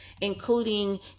including